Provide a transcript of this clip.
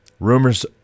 Rumors